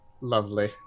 Lovely